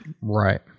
Right